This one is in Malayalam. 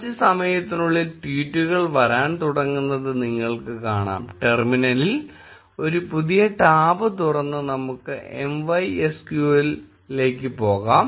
കുറച്ച് സമയത്തിനുള്ളിൽ ട്വീറ്റുകൾ വരാൻ തുടങ്ങുന്നത് നിങ്ങൾക്ക് കാണാം ടെർമിനലിൽ ഒരു പുതിയ ടാബ് തുറന്ന് നമുക്ക് MySQL ലേക്ക് പോകാം